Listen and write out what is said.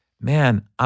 Man